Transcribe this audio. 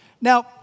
Now